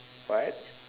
what